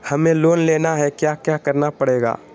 हमें लोन लेना है क्या क्या करना पड़ेगा?